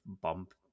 bump